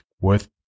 worth